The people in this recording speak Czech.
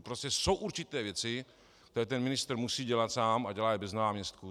Prostě jsou určité věci, které ministr musí dělat sám a dělá je bez náměstků.